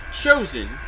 chosen